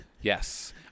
yes